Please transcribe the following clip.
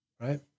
Right